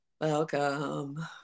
Welcome